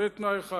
זה תנאי אחד.